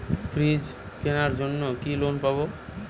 Fridge কেনার জন্য কি লোন পাব?